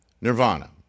Nirvana